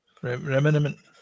reminiment